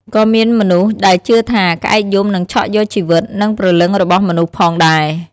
ក៏មានមនុស្សដែលជឿថា ក្អែកយំនឹងឆក់យកជីវិត និងព្រលឹងរបស់មនុស្សផងដែរ៕